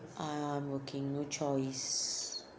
I'm working no choice